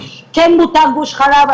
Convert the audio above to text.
כן מותר גוש חלב,